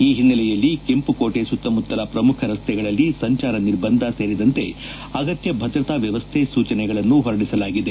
ಈ ಹಿನ್ನೆಲೆಯಲ್ಲಿ ಕೆಂಪುಕೋಟೆ ಸುತ್ತಮುತ್ತಲ ಪ್ರಮುಖ ರೆಸ್ತೆಗಳಲ್ಲಿ ಸಂಚಾರ ನಿರ್ಬಂಧ ಸೇರಿದಂತೆ ಅಗತ್ಯ ಭದ್ರತಾ ವ್ಯವಸ್ಥೆ ಸೂಚನೆಗಳನ್ನು ಹೊರಡಿಸಲಾಗಿದೆ